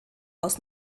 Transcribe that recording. aus